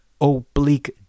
oblique